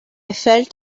felt